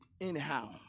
anyhow